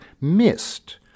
missed